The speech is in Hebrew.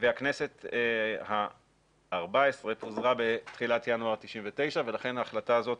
והכנסת ה-14 פוזרה בתחילת ינואר 99' ולכן ההחלטה הזאת